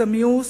זה מיאוס,